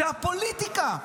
זה הפוליטיקה.